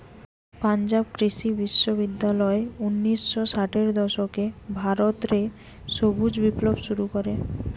পাঞ্জাব কৃষি বিশ্ববিদ্যালয় উনিশ শ ষাটের দশকে ভারত রে সবুজ বিপ্লব শুরু করে